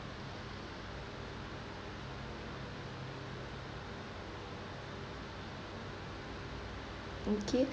okay